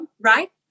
right